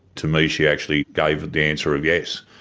to me she actually gave the answer of yes.